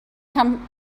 come